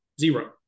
zero